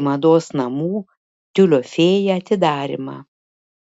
į mados namų tiulio fėja atidarymą